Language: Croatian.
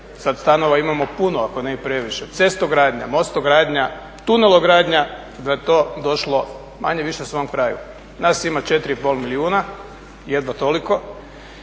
Sad stanova imamo puno, ako ne i previše. Cestogradnja, mosto gradnja, tunelo gradnja da je to došlo manje-više svom kraju. Nas ima 4 i pol milijuna, jedva toliko.